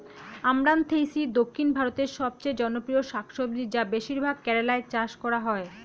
আমরান্থেইসি দক্ষিণ ভারতের সবচেয়ে জনপ্রিয় শাকসবজি যা বেশিরভাগ কেরালায় চাষ করা হয়